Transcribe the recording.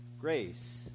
grace